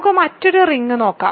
നമുക്ക് മറ്റൊരു റിങ് നോക്കാം